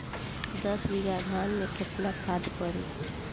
दस बिघा धान मे केतना खाद परी?